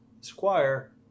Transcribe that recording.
squire